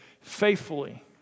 faithfully